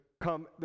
Come